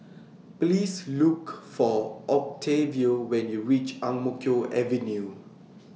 Please Look For Octavio when YOU REACH Ang Mo Kio Avenue